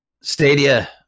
Stadia